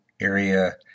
area